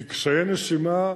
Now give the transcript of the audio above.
כי קשיי נשימה,